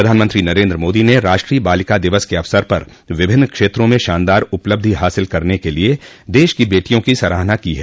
प्रधानमंत्री नरेन्द्र मोदी ने राष्ट्रीय बालिका दिवस के अवसर पर विभिन्न क्षेत्रों में शानदार उपलब्धि हासिल करने के लिए देश की बेटियों की सराहना की है